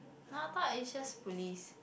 Napark is just police